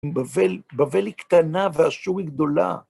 בבל היא קטנה ואשור היא גדולה.